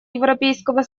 европейского